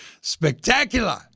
spectacular